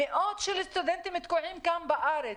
מאות של סטודנטים תקועים כאן, בארץ.